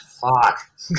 Fuck